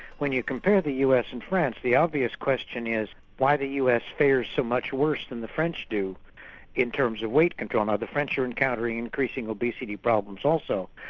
when you compare the us and france, the obvious question is why the us fares so much worse than the french do in terms of weight control. now the french are encountering increasing obesity problems also,